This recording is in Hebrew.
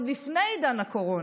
עוד לפני עידן הקורונה,